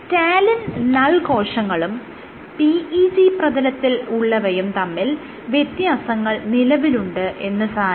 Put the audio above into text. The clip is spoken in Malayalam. റ്റാലിൻ നൾ കോശങ്ങളും PEG പ്രതലത്തിൽ ഉള്ളവയും തമ്മിൽ വ്യത്യാസങ്ങൾ നിലവിലുണ്ട് എന്ന് സാരം